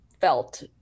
felt